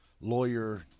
lawyer